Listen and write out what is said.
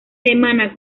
alemana